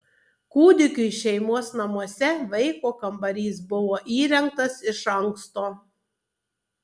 kūdikiui šeimos namuose vaiko kambarys buvo įrengtas iš anksto